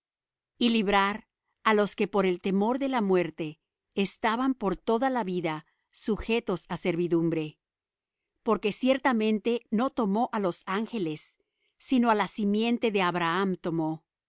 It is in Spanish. y librar á los que por el temor de la muerte estaban por toda la vida sujetos á servidumbre porque ciertamente no tomó á los ángeles sino á la simiente de abraham tomó